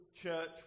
church